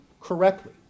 correctly